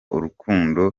urukundo